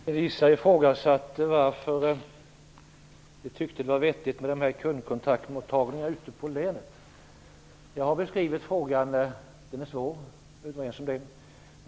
Fru talman! Elisa Abascal Reyes ifrågasatte varför vi tyckte det var vettigt med kundkontaktmottagningarna ute i länen. Jag har beskrivit frågan, och den är svår. Vi är överens om det.